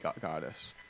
goddess